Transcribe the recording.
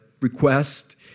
request